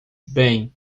bem